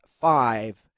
five